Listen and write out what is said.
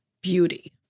beauty